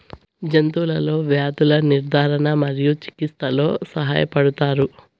జంతువులలో వ్యాధుల నిర్ధారణ మరియు చికిత్చలో సహాయపడుతారు